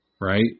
right